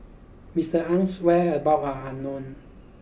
Mister Aye's whereabout are unknown